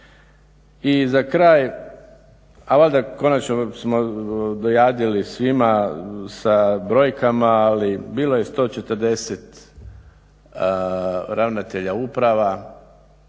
I za kraj, a onda konačno smo dojadili svima sa brojkama ali bilo je 140 ravnatelja uprava,